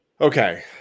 Okay